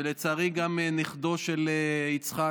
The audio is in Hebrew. ולצערי גם נכדו של יצחק.